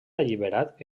alliberat